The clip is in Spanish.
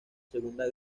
segunda